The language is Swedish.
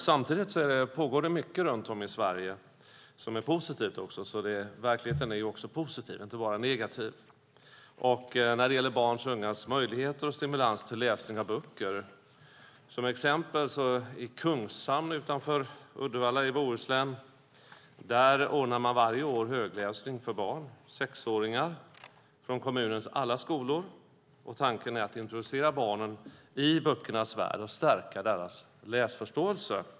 Samtidigt pågår det mycket runt om i Sverige som är positivt, så verkligheten är också positiv - inte bara negativ - när det gäller barns och ungas möjligheter och stimulans till läsning av böcker. Som exempel kan jag nämna att man i Kungshamn utanför Uddevalla i Bohuslän varje år ordnar högläsning för barn, sexåringar, från kommunens alla skolor. Tanken är att introducera barnen i böckernas värld och att stärka deras läsförståelse.